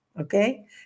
okay